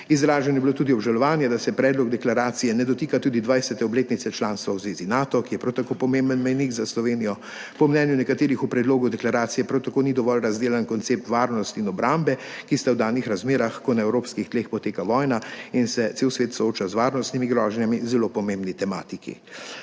Izraženo je bilo tudi obžalovanje, da se predlog deklaracije ne dotika tudi 20. obletnice članstva v zvezi Nato, ki je prav tako pomemben mejnik za Slovenijo. Po mnenju nekaterih v predlogu deklaracije prav tako ni dovolj razdelan koncept varnosti in obrambe, ki sta v danih razmerah, ko na evropskih tleh poteka vojna in se cel svet sooča z varnostnimi grožnjami, zelo pomembni tematiki.